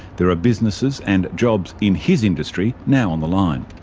there are businesses and jobs in his industry now on the line.